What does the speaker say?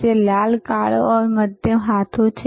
ત્યાં લાલ કાળો અને મધ્ય હાથો છે